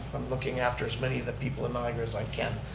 i'm looking after as many of the people in niagara as i can.